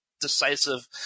decisive